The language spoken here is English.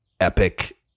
epic